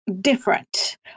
different